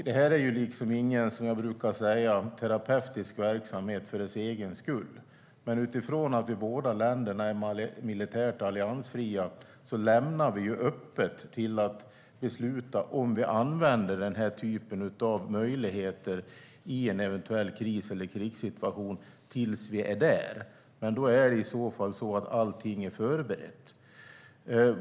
Det här är ju, som jag brukar säga, ingen terapeutisk verksamhet för dess egen skull. Men utifrån att båda våra länder är militärt alliansfria lämnar vi öppet för att besluta om vi använder den här typen av möjligheter i en eventuell kris eller krigssituation tills vi är där. I så fall är allting förberett.